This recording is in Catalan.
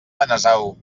benasau